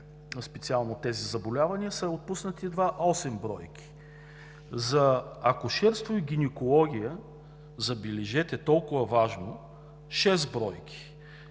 специално с тези заболявания, са отпуснати едва осем бройки; за акушерство и гинекология – забележете, толкова важно, шест бройки;